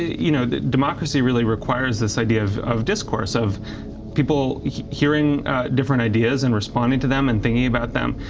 you know, democracy really requires this idea of of discourse, of people hearing different ideas and responding to them and thinking about them,